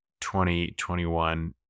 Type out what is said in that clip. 2021